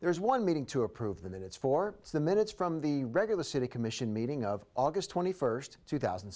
there is one meeting to approve the minutes for the minutes from the regular city commission meeting of august twenty first two thousand